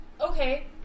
Okay